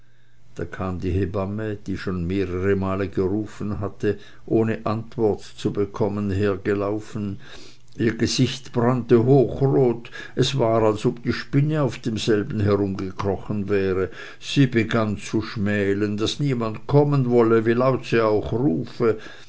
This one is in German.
da kam die hebamme die schon mehrere male gerufen hatte ohne antwort zu bekommen hergelaufen ihr gesicht brannte hochrot es war als ob die spinne auf demselben herumgekrochen wäre sie begann zu schmälen daß niemand kommen wolle wie laut sie auch rufe